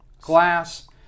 glass